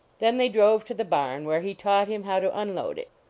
then they drove to the barn, where he taught him how to unload it.